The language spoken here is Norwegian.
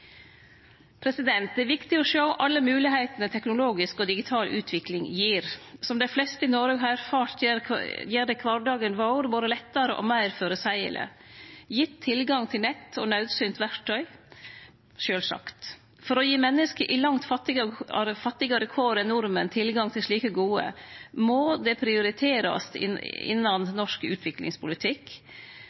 Det er viktig å sjå alle moglegheitene teknologisk og digital utvikling gir. Som dei fleste i Noreg har erfart, gjer det kvardagen vår både lettare og meir føreseieleg – gitt tilgang til nett og naudsynt verktøy, sjølvsagt. For å gi menneske i langt fattigare kår enn nordmenn tilgang til slike gode må det prioriterast innan norsk utviklingspolitikk,